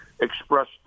expressed